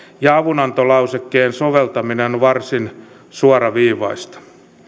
ja avunantolausekkeen soveltaminen varsin suoraviivaista